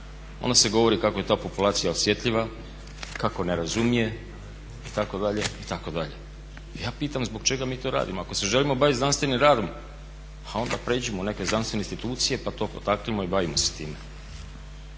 onda se govori kako je ta populacija osjetljiva, kako ne razumije itd., itd. Ja pitam zbog čega mi to radimo? Ako se želimo baviti znanstvenim radom ha onda pređimo u neke znanstvene institucije pa to potaknimo i bavimo se time.